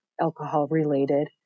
alcohol-related